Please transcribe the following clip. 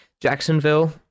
Jacksonville